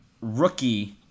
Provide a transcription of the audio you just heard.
rookie